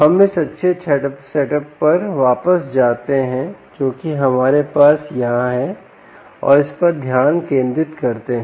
हम इस अच्छे सेटअप पर वापस जाते हैं जो कि हमारे पास यहाँ है और हम इस पर ध्यान केंद्रित करते हैं